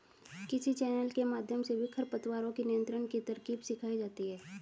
किसान चैनल के माध्यम से भी खरपतवारों के नियंत्रण की तरकीब सिखाई जाती है